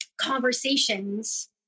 conversations